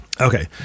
Okay